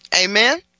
Amen